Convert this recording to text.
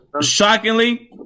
shockingly